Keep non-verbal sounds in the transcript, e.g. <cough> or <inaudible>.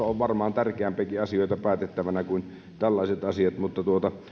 <unintelligible> on varmaan tärkeämpiäkin asioita päätettävänä kuin tällaiset asiat mutta